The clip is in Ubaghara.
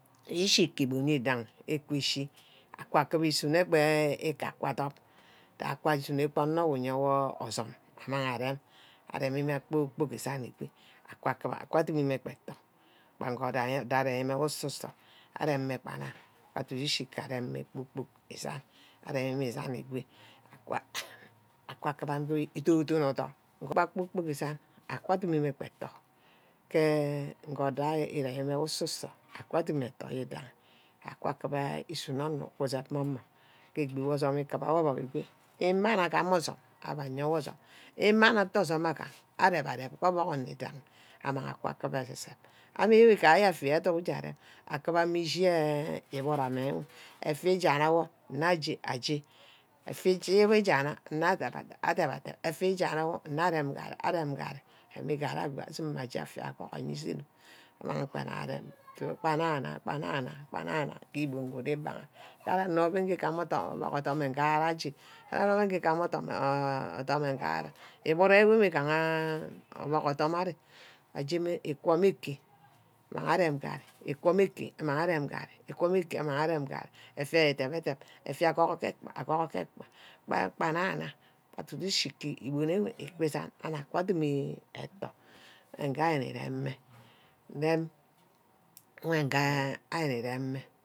Ishi ke îgbon idanhi. egbi ishi. akiba usuno ber ke ikak wor adop. je aka asuno owor uyowor asume amang arem. aremi'me kpor-kpork îsan igo. aka kuba. aka dibime atock-tuck. bangha nge aremina ke osu-sor arem mma gba nne. du-du ishi du-du arem mme kpor-kpork ísan. aremi mme îsan igo aka kuba me idon-dono orsume. agup beh kpor-kpork îsan akak dumume atuck-tuck. ke'nge aremine ke orsuzor aka admie eto idanhi. aka asunne onor isep wu me. ke egbi orsume ikiba owor orbuck igo. íma-beh atte orsunne agam aje rep orsume kibe idanghi amang aka kiba. esep-sep. wor gaje afade aduck arep. akîma íshi iburu ame wer afi ejane wor nne aje-aje. afi íta-wor íjenne nne adep-adep adep-adep. afi ŷane wor nne arem garri arem garri. arem garri awor ago asump garri awor aje affia aye îzenuck. amang ba arep gbanana gbanana gbanana ke ígon gud ígbanha. adibe íjegam ogbuck ngare ye. aribe îje gam obuck ngare igburu mme ígaha orbuck othom ari. ajeme îquo mme Eke amang arem ngarŕí. íquo mme eke amang arem n̂garrí. íquo mme eke amang arem ngarri. iffia edep-ídep. effia aguhu ke ekpar. aguhu ke ekpar. gbanana bag du-du ishi ke egbi emon ike ísanaka edime etuck mme nge ari'ne rem mme. wornge ari-nne rem'me